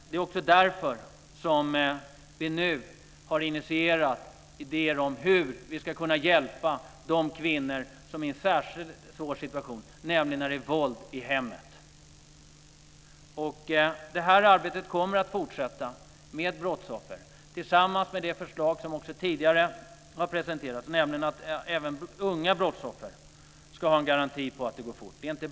Det är också därför som vi nu har initierat idén om hur vi ska kunna hjälpa de kvinnor som är en särskilt utsatt situation, nämligen när de utsätts för våld i hemmet. Arbetet med brottsoffer kommer att fortsätta tillsammans med det förslag som jag tidigare har presenterat, att även unga brottsoffer ska ha en garanti för att det går fort.